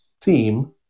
team